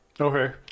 Okay